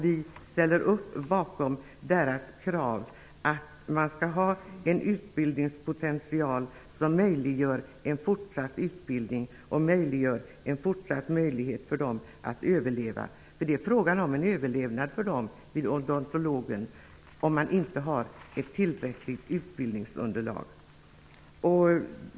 Vi ställer oss bakom kraven på en utbildningspotential som möjliggör en fortsatt utbildning och ger fortsatt möjlighet att överleva. Den är nämligen en fråga om överlevnad för den odontologiska kliniken att ha ett tillräckligt utbildningsunderlag.